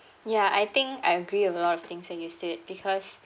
ya I think I agree with a lot of things that you said because